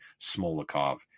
Smolikov